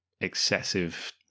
excessive